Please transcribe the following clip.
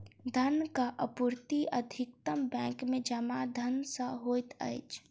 धनक आपूर्ति अधिकतम बैंक में जमा धन सॅ होइत अछि